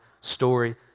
story